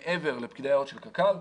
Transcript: מעבר לפקידי היערות של קק"ל.